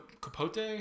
Capote